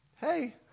Hey